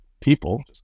people